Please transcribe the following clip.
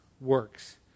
works